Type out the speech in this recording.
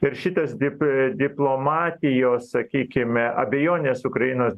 ir šitas dip diplomatijos sakykime abejonės ukrainos